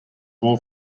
ball